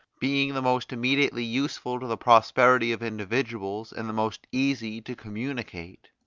being the most immediately useful to the prosperity of individuals, and the most easy to communicate,